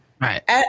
Right